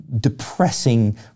depressing